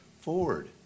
forward